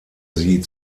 sie